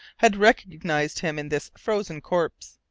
had recognized him in this frozen corpse!